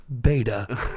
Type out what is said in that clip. beta